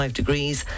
degrees